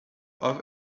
off